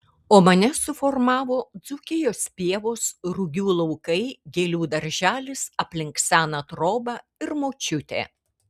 o mane suformavo dzūkijos pievos rugių laukai gėlių darželis aplink seną trobą ir močiutė